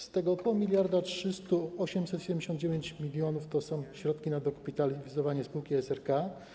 Z tego... miliarda 300... 879 mln to są środki na dokapitalizowanie spółki SRK.